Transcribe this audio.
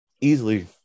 Easily